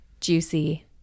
juicy